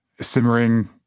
simmering